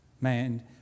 man